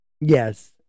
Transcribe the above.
Yes